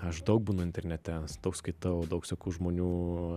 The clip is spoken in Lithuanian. aš daug būnu internete daug skaitau daug seku žmonių